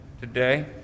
today